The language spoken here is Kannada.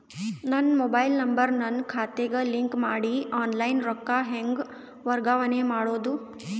ನನ್ನ ಮೊಬೈಲ್ ನಂಬರ್ ನನ್ನ ಖಾತೆಗೆ ಲಿಂಕ್ ಮಾಡಿ ಆನ್ಲೈನ್ ರೊಕ್ಕ ಹೆಂಗ ವರ್ಗಾವಣೆ ಮಾಡೋದು?